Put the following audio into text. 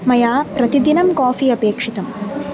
मया प्रतिदिनं काफ़ी अपेक्षितम्